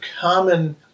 common